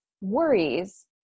worries